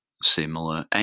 similar